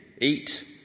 Eat